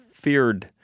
feared